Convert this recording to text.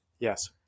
yes